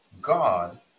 god